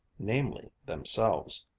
namely themselves.